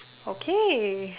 okay